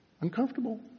Uncomfortable